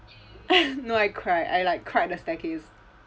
no I cried I like cried at the staircase